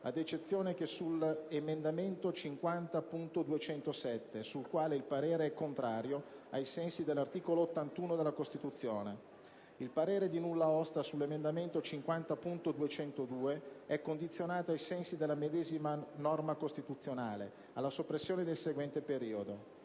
ad eccezione che sull'emendamento 50.207, sul quale il parere è contrario ai sensi dell'articolo 81 della Costituzione. Il parere di nulla osta sull'emendamento 50.202 è condizionato, ai sensi della medesima norma costituzionale, alla soppressione del seguente periodo: